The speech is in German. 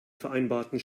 vereinbarten